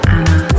Anna